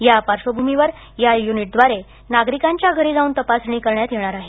यापार्श्वभूमीवर या यूनिटद्वारे नागरीकांच्या घरी जावून तपासणी करण्यात येणार आहे